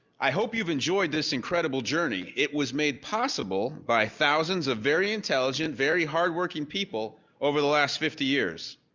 i hope you've enjoyed this incredible journey. it was made possible by thousands of very intelligent, very hardworking people over the last fifty years,